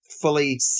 fully